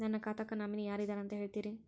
ನನ್ನ ಖಾತಾಕ್ಕ ನಾಮಿನಿ ಯಾರ ಇದಾರಂತ ಹೇಳತಿರಿ?